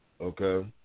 Okay